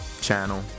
channel